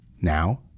Now